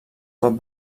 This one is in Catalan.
pot